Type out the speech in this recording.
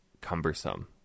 cumbersome